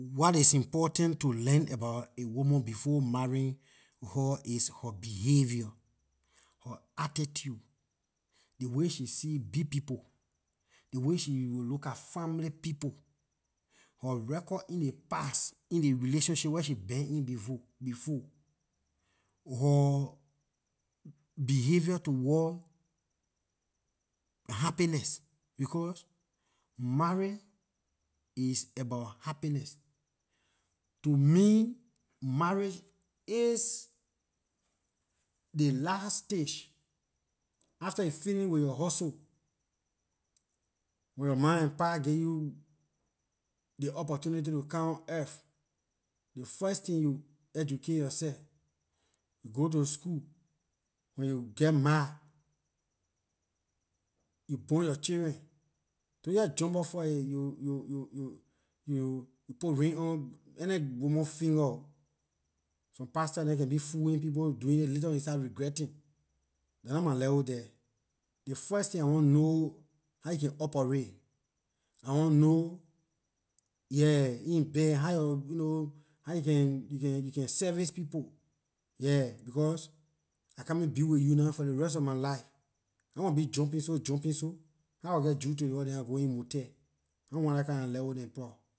What is important to learn about a woman before marrying her is her behavior her attitude ley way she see big people ley way she will look at family people her record in ley past in ley relationship wer she been in before her behavior towards happiness because marriage is about happiness to me marriage is ley last stage after you fini with yor hustle when yor ma and pa give you ley opportunity to come on earth ley first tin you educate yor seh you go to school when you geh mar you born yor children don't jeh jump up first you- you you put ring on any woman finger oh some pastor can be fooling people doing it then later on you start regretting dah nah my level there ley first tin I want know how you can operate I want know yeah in bed how yor how you can- you can service people yeah because I coming big with you nah for ley rest of my life I want be jumping so jumping so how I will geh jue to ley house than I go in motel I want dah kinda level dem pruh